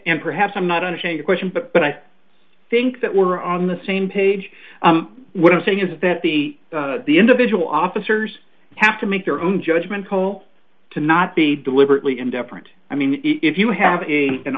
and perhaps i'm not unashamed question but but i think that we're on the same page what i'm saying is that the the individual officers have to make their own judgment call to not be deliberately indifferent i mean if you have a an